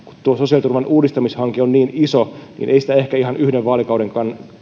tuo sosiaaliturvan uudistamishanke on niin iso ei sitä ehkä ihan yhden vaalikauden